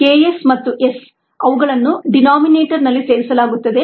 K s ಮತ್ತು S ಅವುಗಳನ್ನು ಡೀನೋಮಿನೇಟರ್ನಲ್ಲಿ ಸೇರಿಸಲಾಗುತ್ತದೆ